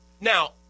Now